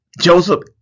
Joseph